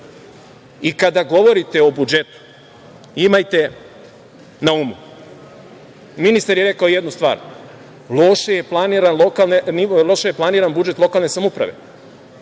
govorite o budžetu, imajte na umu, ministar je rekao jednu stvar – loše je planiran budžet lokalne samouprave,